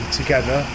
together